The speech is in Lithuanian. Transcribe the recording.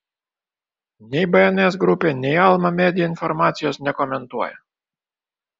nei bns grupė nei alma media informacijos nekomentuoja